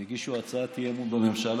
הם הגישו הצעת אי-אמון בממשלה,